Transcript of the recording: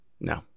No